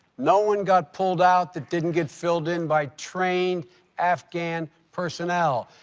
no one got pulled out that didn't get filled in by trained afghan personnel.